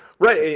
right,